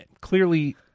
clearly